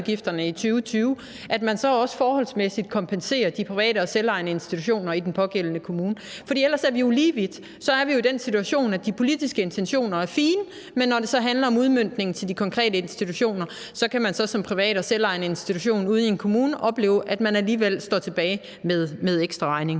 man så også forholdsmæssigt de private og selvejende institutioner i den pågældende kommune. For ellers er vi jo lige vidt, og så er vi i den situation, at de politiske intentioner er fine, men når det så handler om udmøntningen til de konkrete institutioner, kan man som privat og selvejende institution ude i en kommune opleve, at man alligevel står tilbage med en ekstraregning.